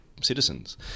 citizens